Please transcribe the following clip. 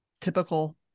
Typical